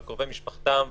על קרובי משפחתם,